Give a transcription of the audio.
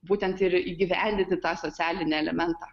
būtent ir įgyvendinti tą socialinį elementą